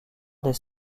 des